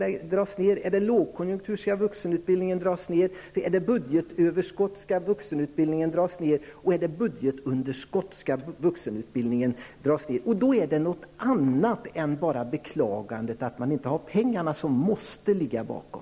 Är det lågkonjunktur skall man dra ned på den, liksom när det är budgetöverskott och budgetunderskott. Då är det något annat än beklagandet att man inte har pengarna som måste ligga bakom.